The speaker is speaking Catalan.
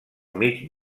mig